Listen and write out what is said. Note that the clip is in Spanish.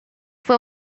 fue